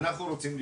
אנחנו רוצים לפתוח.